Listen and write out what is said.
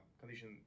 condition